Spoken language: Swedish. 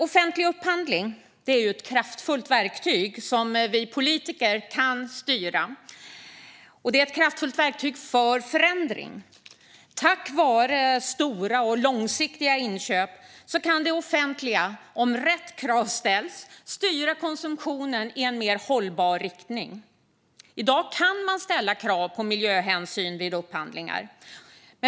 Offentlig upphandling är ett kraftfullt verktyg för förändring som vi politiker kan styra. Tack vare stora och långsiktiga inköp kan det offentliga, om rätt krav ställs, styra konsumtionen i en mer hållbar riktning. I dag kan man ställa krav på miljöhänsyn vid upphandlingar.